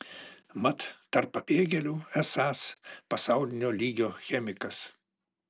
mat tarp pabėgėlių esąs pasaulinio lygio chemikas